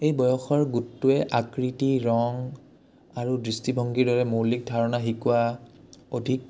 এই বয়সৰ গোটটোৱে আকৃতি ৰং আৰু দৃষ্টিভংগীৰ দৰে মৌলিক ধাৰণা শিকোৱা অধিক